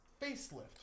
facelift